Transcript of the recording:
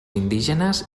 indígenes